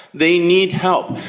they need help.